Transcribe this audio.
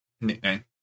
Nickname